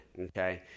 okay